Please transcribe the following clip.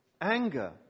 anger